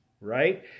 right